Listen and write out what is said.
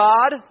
God